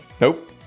Nope